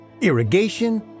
Irrigation